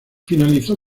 finalizó